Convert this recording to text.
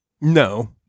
no